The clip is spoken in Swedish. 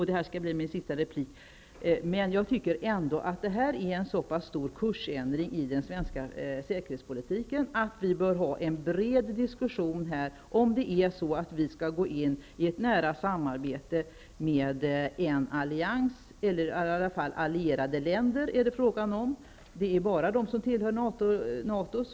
Det här skall bli min sista replik, men jag vill säga att detta är en så stor kursändring i den svenska säkerhetspolitiken att vi bör föra en bred diskussion här, om vi skall gå in i ett nära samarbete med en allians eller i varje fall med allierade länder. I samarbetsgruppen finns bara länder som tillhör NATO.